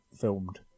filmed